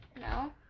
No